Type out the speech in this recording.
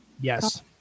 Yes